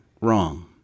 wrong